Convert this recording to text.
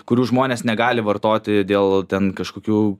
kurių žmonės negali vartoti dėl ten kažkokių